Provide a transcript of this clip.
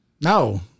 no